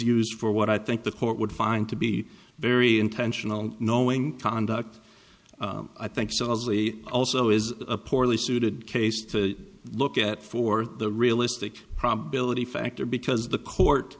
used for what i think the court would find to be very intentional knowing conduct i think solely also is a poorly suited case to look at for the realistic probability factor because the court